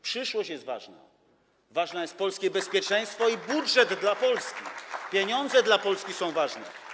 Przyszłość jest ważna, ważne jest polskie bezpieczeństwo i budżet dla Polski, pieniądze są dla Polski ważne.